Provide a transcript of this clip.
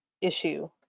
issue